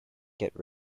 get